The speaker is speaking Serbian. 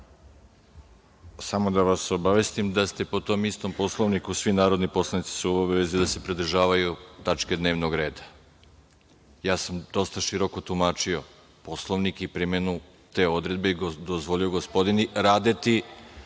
da vas obavestim da ste po tom istom Poslovniku, svi narodni poslanici su u obavezi da se pridržavaju tačke dnevnog reda. Ja sam dosta široko tumačio Poslovnik i primenu te odredbe i dozvolio gospodini Radeti,